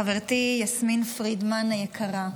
חברתי יסמין פרידמן היקרה,